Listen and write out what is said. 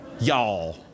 y'all